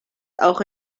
auch